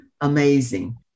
Amazing